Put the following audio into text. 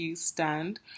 stand